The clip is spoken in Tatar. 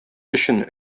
өчен